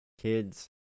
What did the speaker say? Kids